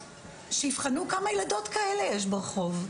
שייבחנו כמה ילדות כאלה יש ברחוב.